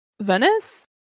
Venice